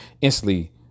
instantly